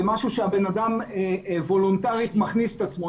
משהו שהבן אדם וולנטרית מכניס את עצמו.